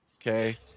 Okay